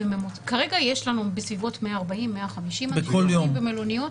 כרגע יש לנו בסביבות 140, 150 אנשים במלוניות.